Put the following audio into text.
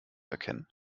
erkennen